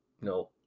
no